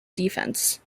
defense